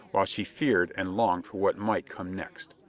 while she feared and longed for what might come next.